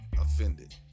offended